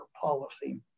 policy